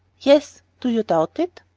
yes do you doubt it?